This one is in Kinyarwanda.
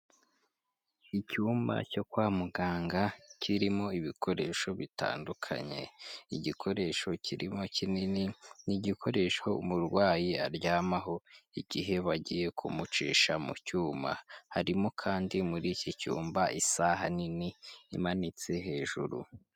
Icyumba cyo kwa muganga kirimo ibikoresho bitandukanye, igikoresho kirimo kinini ni igikoresho umurwayi aryamaho igihe bagiye kumucisha mu cyuma, harimo kandi muri iki cyumba isaha nini imanitse hejuru.